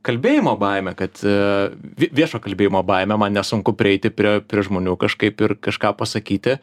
kalbėjimo baimę kad viešo kalbėjimo baimę man nesunku prieiti prie žmonių kažkaip ir kažką pasakyti